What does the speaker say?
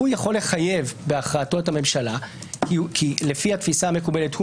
הוא יכול לחייב בהכרעתו את הממשלה כי לפי התפיסה המקובלת,